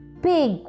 big